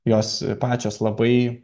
jos pačios labai